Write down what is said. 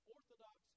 Orthodox